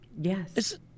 Yes